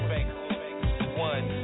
One